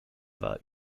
war